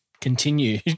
Continue